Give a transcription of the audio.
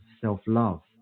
self-love